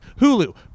Hulu